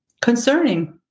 concerning